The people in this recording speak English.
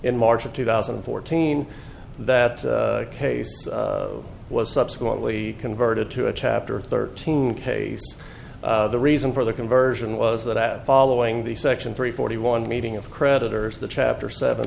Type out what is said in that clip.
in march of two thousand and fourteen that case was subsequently converted to a chapter thirteen case the reason for the conversion was that at following the section three forty one meeting of creditors the chapter seven